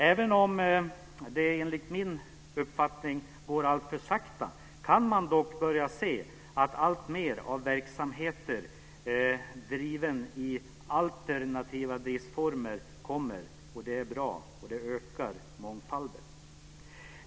Även om det enligt min uppfattning går alltför sakta kan man börja se alltmer av verksamhet i alternativa driftsformer. Det är bra och ökar mångfalden.